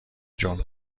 جون